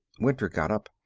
winter got up.